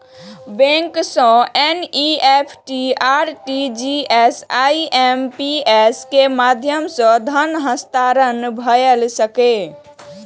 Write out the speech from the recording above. bank सं NEFT, RTGS, IMPS के माध्यम सं धन हस्तांतरण भए सकैए